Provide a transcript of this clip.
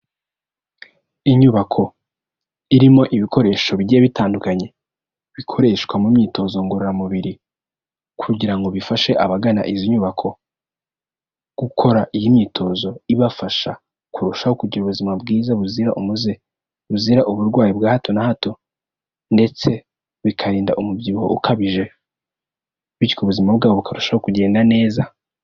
Inyubako irimo ibikoresho bigiye bitandukanye. Bikoreshwa mu myitozo ngororamubiri. Kugira ngo bifashe abagana izi nyubako, gukora iyi myitozo ibafasha kurushaho kugira ubuzima bwiza buzira umuze. Buzira uburwayi bwa hato na hato. Ndetse bikarinda umubyibuho ukabije. Bityo ubuzima bwabo bukarushaho kugenda neza.